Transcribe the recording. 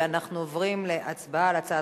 אנחנו עוברים להצבעה בקריאה ראשונה על הצעת